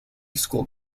school